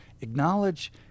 acknowledge